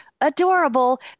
adorable